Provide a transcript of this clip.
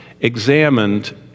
examined